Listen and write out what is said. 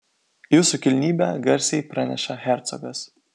jūsų kilnybe garsiai praneša hercogas